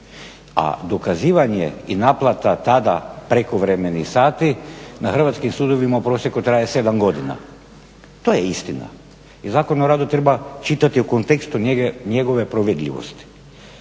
a dokazivanje i naplata tada prekovremenih sati na hrvatskim sudovima u prosjeku traje sedam godina. To je istina i Zakon o radu treba čitati u kontekstu njegove provedljivosti.